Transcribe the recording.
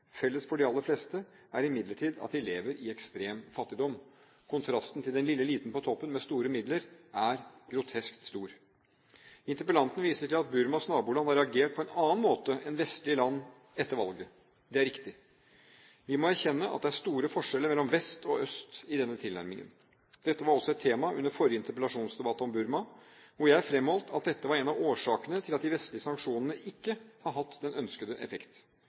Felles for de aller fleste er imidlertid at de lever i ekstrem fattigdom. Kontrasten til den lille eliten på toppen med store midler er grotesk stor. Interpellanten viser til at Burmas naboland har reagert på en annen måte enn vestlige land etter valget. Det er riktig. Vi må erkjenne at det er store forskjeller mellom vest og øst i denne tilnærmingen. Dette var også et tema under forrige interpellasjonsdebatt om Burma, hvor jeg fremholdt at dette var en av årsakene til at de vestlige sanksjonene ikke har hatt den ønskede effekt.